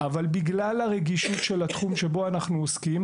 אבל בגלל הרגישות של התחום שבו אנחנו עוסקים